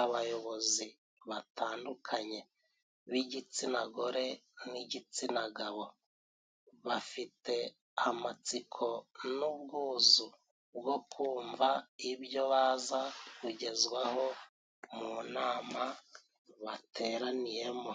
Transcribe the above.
abayobozi batandukanye b'igitsina gore n'igitsina gabo. Bafite amatsiko n'ubwuzu bwo kumva ibyo baza kugezwaho mu nama bateraniyemo.